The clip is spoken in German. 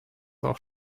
auch